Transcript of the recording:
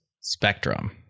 spectrum